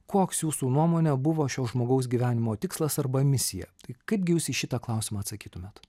koks jūsų nuomone buvo šio žmogaus gyvenimo tikslas arba misija tai kaipgi jūs į šitą klausimą atsakytumėt